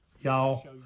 y'all